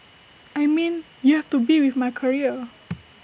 I mean you have to be with my career